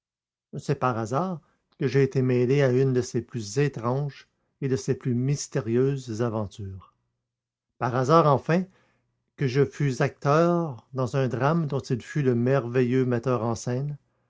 c'est par hasard que j'ai été mêlé à l'une de ses plus étranges et de ses plus mystérieuses aventures par hasard enfin que je fus acteur dans un drame dont il fut le merveilleux metteur en scène